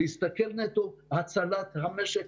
צריך להסתכל נטו על הצלת המשק,